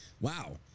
wow